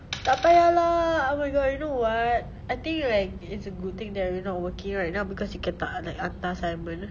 tak payah lah oh my god you know what I think right it's a good thing that you're not working right now because you can like hantar simon